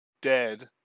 dead